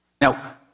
Now